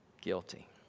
guilty